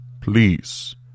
please